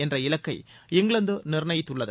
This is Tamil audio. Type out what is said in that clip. என்ற இலக்கை இங்கிலாந்து நிர்ணயித்துள்ளது